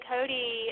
Cody